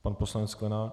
Pan poslanec Sklenák?